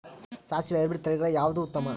ಸಾಸಿವಿ ಹೈಬ್ರಿಡ್ ತಳಿಗಳ ಯಾವದು ಉತ್ತಮ?